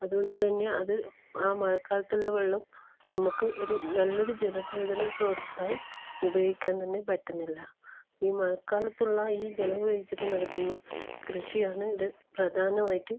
അതുകൊണ്ട് തന്നെ അത് ആ മഴക്കാലത്തുള്ള വെള്ളം നമുക്ക് ഒരു നല്ലൊരു ജലസേചന സ്രോതസ്സായി ഉപയോഗിക്കാൻ തന്നെ പറ്റുന്നില്ല ഈ മഴക്കാലത്തുള്ള ഈ ജലമുപയോഗിച്ച് നടത്തുന്ന കൃഷിയാണ് ഇവിടെ പ്രധാനമായിട്ട്